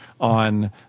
On